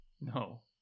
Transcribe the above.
No